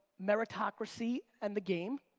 meritocracy and the game.